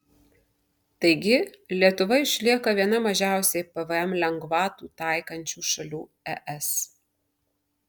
taigi lietuva išlieka viena mažiausiai pvm lengvatų taikančių šalių es